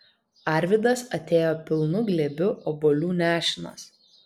arvydas atėjo pilnu glėbiu obuolių nešinas